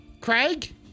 Craig